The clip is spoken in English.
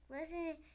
listen